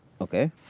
Okay